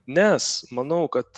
nes manau kad